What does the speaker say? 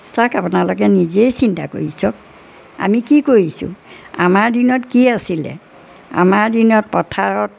চাওক আপোনালোকে নিজেই চিন্তা কৰি চাওক আমি কি কৰিছোঁ আমাৰ দিনত কি আছিলে আমাৰ দিনত পথাৰত